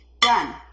done